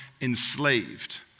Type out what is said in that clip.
enslaved